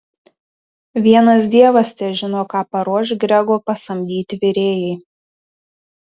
vienas dievas težino ką paruoš grego pasamdyti virėjai